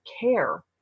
care